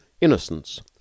Innocence